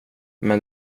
men